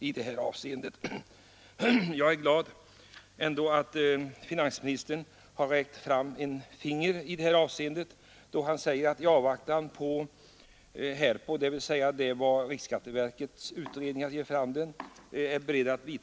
Jag är emellertid glad åt att finansministern dock har höjt ett varnande finger mot nuvarande system — han säger att han vill avvakta vad riksskatteverkets utredningar ger vid handen innan han vidtar åtgärder.